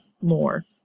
more